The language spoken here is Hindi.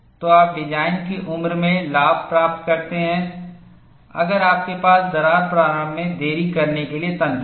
तो आप डिज़ाइन की उम्र में लाभ प्राप्त करते हैं अगर आपके पास दरार प्रारंभ में देरी करने के लिए तंत्र है